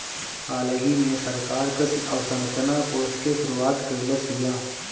हालही में सरकार कृषि अवसंरचना कोष के शुरुआत कइलस हियअ